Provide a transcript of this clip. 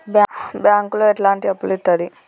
బ్యాంకులు ఎట్లాంటి అప్పులు ఇత్తది?